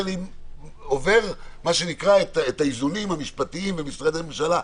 שאני עובר את האיזונים המשפטיים במשרדי הממשלה.